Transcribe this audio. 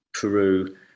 peru